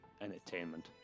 entertainment